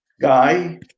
Guy